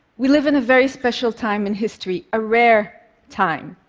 we live in a very special time in history, a rare time,